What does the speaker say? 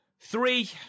Three